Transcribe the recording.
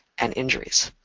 and injuries.